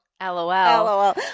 LOL